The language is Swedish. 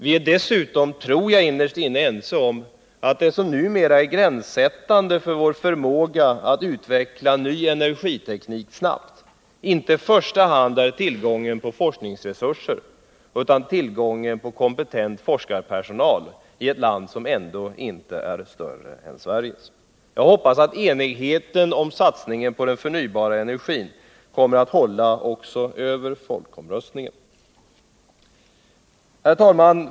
Vi är dessutom, tror jag, innerst inne ense om att det som nu är gränssättande för vår förmåga att utveckla ny energiteknik snabbt inte i första hand är tillgången på forskningsresurser utan tillgången på kompetent forskarpersonal— i ett land som ändå inte är större än Sverige. Jag hoppas att enigheten om satsningen på den förnybara energin kommer att hålla också över folkomröstningen. Herr talman!